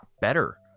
better